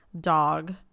dog